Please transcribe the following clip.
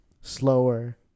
slower